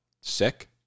Sick